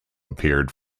appeared